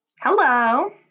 Hello